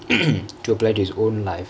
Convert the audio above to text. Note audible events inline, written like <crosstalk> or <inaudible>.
<coughs> to apply to his own life